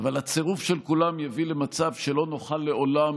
אבל הצירוף של כולם יביא למצב שלא נוכל לעולם